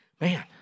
man